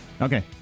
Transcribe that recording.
Okay